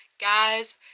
guys